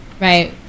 Right